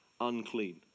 unclean